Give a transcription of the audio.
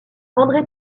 andré